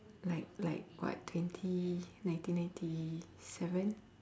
like like what twenty nineteen ninety seven